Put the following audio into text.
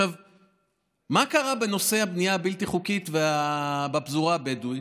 מה קרה בנושא הבנייה הבלתי-חוקית בפזורה הבדואית?